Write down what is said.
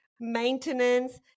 maintenance